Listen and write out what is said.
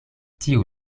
tiu